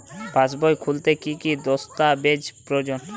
পাসবই খুলতে কি কি দস্তাবেজ প্রয়োজন?